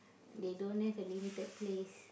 they don't have a limited place